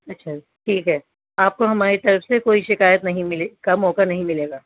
اچھا ٹھیک ہے آپ کو ہماری طرف سے کوئی شکایت نہیں ملے کا موقع نہیں ملے گا